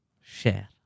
Share